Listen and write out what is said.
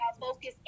Focus